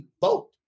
vote